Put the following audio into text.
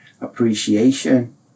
appreciation